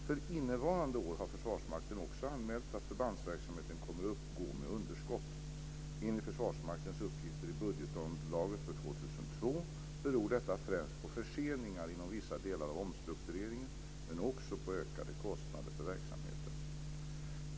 För innevarande år har Försvarsmakten också anmält att förbandsverksamheten kommer att gå med ett underskott. Enligt Försvarsmaktens uppgifter i budgetunderlaget för 2002 beror detta främst på förseningar inom vissa delar av omstruktureringen, men också på ökade kostnader för verksamheten.